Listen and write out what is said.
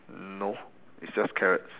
no it's just carrots